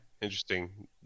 Interesting